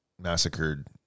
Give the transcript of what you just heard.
massacred